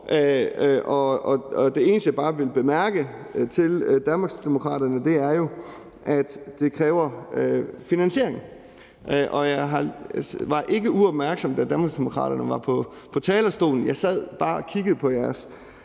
Det eneste, jeg bare vil bemærke til Danmarksdemokraterne, er jo, at det kræver finansiering. Og jeg var ikke uopmærksom, da Danmarksdemokraterne var på talerstolen. Jeg sad bare og kiggede på jeres